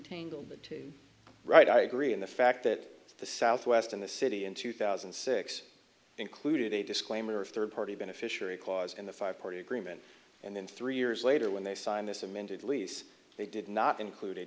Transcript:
tangle but two right i agree in the fact that the southwest in the city in two thousand and six included a disclaimer of third party beneficiary cause in the five party agreement and then three years later when they signed this amended lease they did not includ